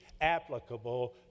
applicable